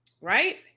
right